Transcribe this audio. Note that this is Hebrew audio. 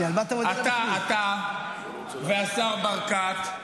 אתה והשר ברקת,